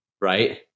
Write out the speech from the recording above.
Right